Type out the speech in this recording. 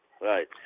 Right